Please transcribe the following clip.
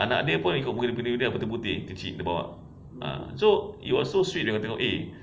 anak dia pun ikut muka bini dia putih-putih kecil dia bawa ah so you are so sweet dia tengok eh